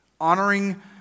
Honoring